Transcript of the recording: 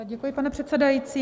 Děkuji, pane předsedající.